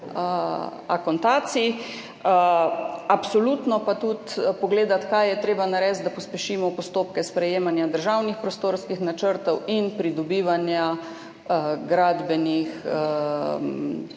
akontacij. Absolutno pa tudi pogledati, kaj je treba narediti, da pospešimo postopke sprejemanja državnih prostorskih načrtov in pridobivanja gradbenih